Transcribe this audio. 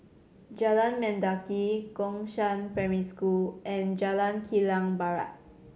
Jalan Mendaki Gongshang Primary School and Jalan Kilang Barat